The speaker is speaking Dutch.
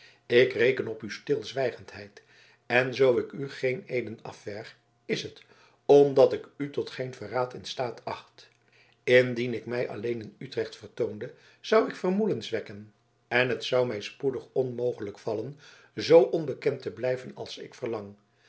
ik reken op uwe stilzwijgendheid en zoo ik u geen eeden afverg is het omdat ik u tot geen verraad in staat acht indien ik mij alleen in utrecht vertoonde zou ik vermoedens wekken en het zou mij spoedig onmogelijk vallen zoo onbekend te blijven als ik verlang